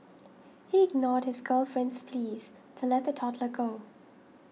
he ignored his girlfriend's pleas to let the toddler go